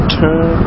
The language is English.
turn